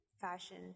fashion